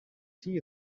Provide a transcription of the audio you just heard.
tea